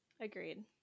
agreed